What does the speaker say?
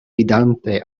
fidante